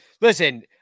Listen